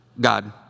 God